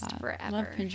forever